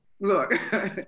Look